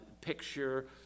picture